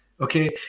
Okay